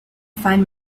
find